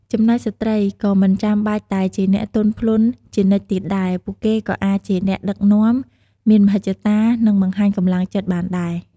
ចំណែកស្ត្រី ក៏មិនចាំបាច់តែជាអ្នកទន់ភ្លន់ជានិច្ចទៀតដែរ ពួកគេក៏អាចជាអ្នកដឹកនាំ មានមហិច្ឆតា និងបង្ហាញកម្លាំងចិត្តបានដែរ។